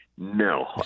No